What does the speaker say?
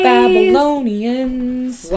Babylonians